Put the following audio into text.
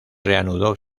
reanudó